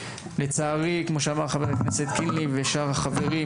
לצערי כמו שאמר חבר הכנסת קינלי ושאר החברים,